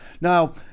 Now